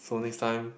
so next time